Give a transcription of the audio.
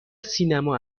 سینما